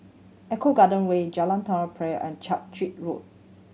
Eco Garden Way Jalan Tari Piring and Road